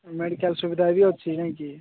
medical ସୁବିଧା ବି ଅଛି ନାଇଁ କି